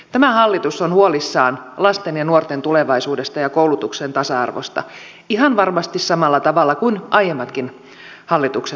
tämä hallitus on huolissaan lasten ja nuorten tulevaisuudesta ja koulutuksen tasa arvosta ihan varmasti samalla tavalla kuin aiemmatkin hallitukset olivat